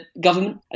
government